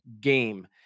game